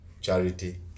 Charity